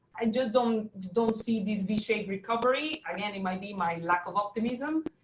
i just don't don't see this v-shaped recovery. again, it might be my lack of optimism.